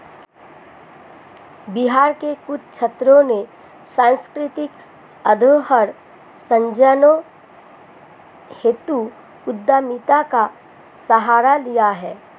बिहार के कुछ छात्रों ने सांस्कृतिक धरोहर संजोने हेतु उद्यमिता का सहारा लिया है